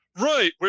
Right